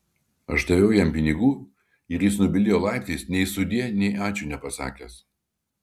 aš daviau jam pinigų ir jis nubildėjo laiptais nei sudie nei ačiū nepasakęs